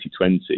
2020